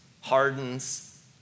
hardens